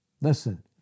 Listen